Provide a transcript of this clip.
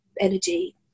energy